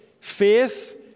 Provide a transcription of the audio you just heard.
faith